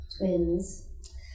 twins